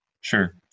Sure